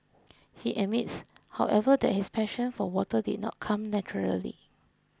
he admits however that his passion for water did not come naturally